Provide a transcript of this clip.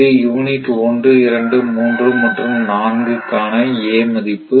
இது யூனிட் 1 2 3 மற்றும் 4 காண a மதிப்பு